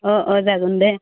ओ ओ जागोन दे